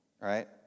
right